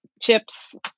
chips